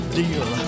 deal